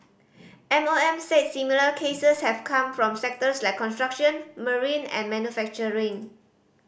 M O M said similar cases have come from sectors like construction marine and manufacturing